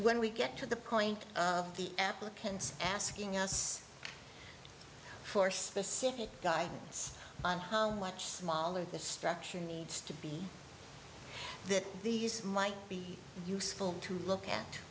when we get to the point of the applicants asking us for specific guidance on how much smaller the structure needs to be that these might be useful to look at